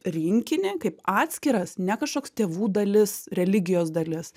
rinkinį kaip atskiras ne kažkoks tėvų dalis religijos dalis